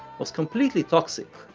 was completely toxic,